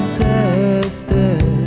tested